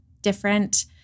different